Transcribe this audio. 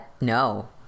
no